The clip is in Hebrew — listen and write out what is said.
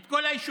את כל היישובים.